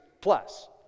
plus